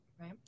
Right